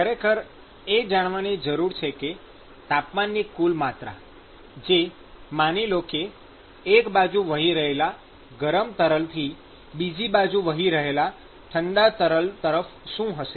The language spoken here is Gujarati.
ખરેખર એ જાણવાની જરૂર છે કે ઉષ્માની કુલ માત્રા જે માની લો કે એક બાજુ વહી રહેલા ગરમ તરલથી બીજી બાજુ વહી રહેલા ઠંડા તરલ તરફ શું હશે